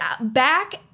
back